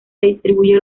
distribuye